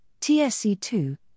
TSC2